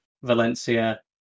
Valencia